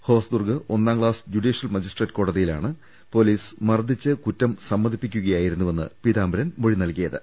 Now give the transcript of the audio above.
ഹോസ്ദുർഗ് ഒന്നാം class judicial magistrate കോടതിയിലാണ് police മർദിച്ച് കുറ്റം സമ്മതിക്കുക യായിരുന്നുവെന്ന് പീതാംബരൻ മൊഴി നൽകിയത്